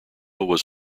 was